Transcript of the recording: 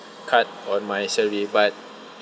cut on my salary but